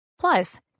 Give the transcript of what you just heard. Plus